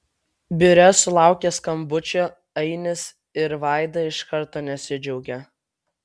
biure sulaukę skambučio ainis ir vaida iš karto nesidžiaugia